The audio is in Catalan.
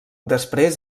després